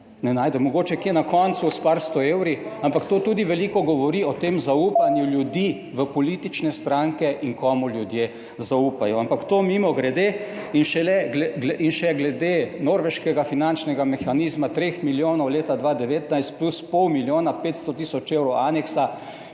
Ne najdem. Mogoče kje na koncu s par sto evri, ampak to tudi veliko govori o tem zaupanju ljudi v politične stranke in komu ljudje zaupajo, ampak to mimogrede. In še glede norveškega finančnega mehanizma 3 milijonov, leta 2019 plus pol milijona 500 tisoč evrov aneksa,